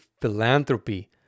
philanthropy